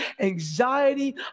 anxiety